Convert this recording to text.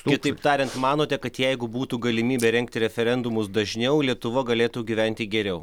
kitaip tariant manote kad jeigu būtų galimybė rengti referendumus dažniau lietuva galėtų gyventi geriau